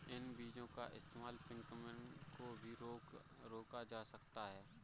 इन बीजो का इस्तेमाल पिग्मेंटेशन को भी रोका जा सकता है